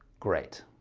great.